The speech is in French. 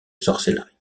sorcellerie